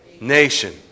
Nation